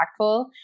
impactful